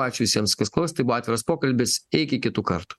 ačiū visiems kas klausėt tai buvo atviras pokalbis iki kitų kartų